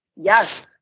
Yes